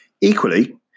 Equally